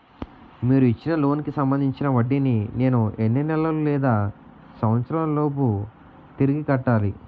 మీరు ఇచ్చిన లోన్ కి సంబందించిన వడ్డీని నేను ఎన్ని నెలలు లేదా సంవత్సరాలలోపు తిరిగి కట్టాలి?